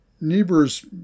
Niebuhr's